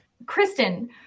Kristen